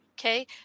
okay